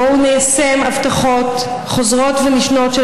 בואו ניישם הבטחות חוזרות ונשנות של